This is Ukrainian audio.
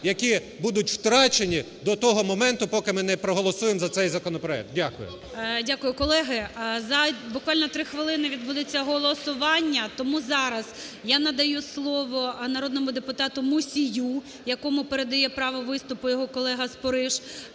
які будуть втрачені до того моменту, поки ми не проголосуємо за цей законопроект. Дякую. ГОЛОВУЮЧИЙ. Дякую, колеги. За буквально 3 хвилини відбудеться голосування. Тому зараз я надаю слово народному депутату Мусію, якому передає право виступу його колега Спориш.